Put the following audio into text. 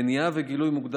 היה הולך ומעודד